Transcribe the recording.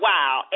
Wow